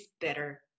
better